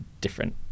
different